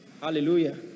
Hallelujah